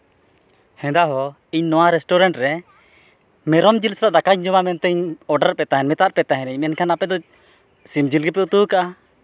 ᱦᱮᱸᱫᱟ ᱦᱳ ᱤᱧ ᱱᱚᱣᱟ ᱨᱮᱥᱴᱩᱨᱮᱱᱴ ᱨᱮ ᱢᱮᱨᱚᱢ ᱡᱤᱞ ᱥᱟᱞᱟᱜ ᱫᱟᱠᱟᱧ ᱡᱚᱢᱟ ᱢᱮᱱᱛᱮᱫ ᱤᱧ ᱚᱰᱟᱨ ᱯᱮ ᱛᱟᱦᱮᱸᱫ ᱢᱮᱛᱟᱜ ᱯᱮ ᱛᱟᱦᱮᱸᱫ ᱤᱧ ᱢᱮᱱᱠᱷᱟᱱ ᱟᱯᱮ ᱫᱚ ᱥᱤᱢ ᱡᱤᱞ ᱜᱮᱯᱮ ᱩᱛᱩ ᱠᱟᱜᱼᱟ